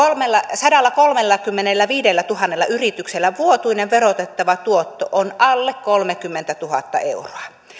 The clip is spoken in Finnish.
sadallakolmellakymmenelläviidellätuhannella yrityksellä vuotuinen verotettava tuotto on alle kolmekymmentätuhatta euroa